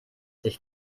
sich